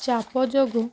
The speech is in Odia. ଚାପ ଯୋଗୁ